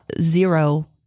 zero